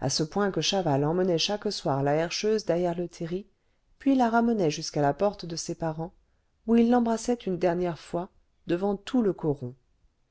à ce point que chaval emmenait chaque soir la herscheuse derrière le terri puis la ramenait jusqu'à la porte de ses parents où il l'embrassait une dernière fois devant tout le coron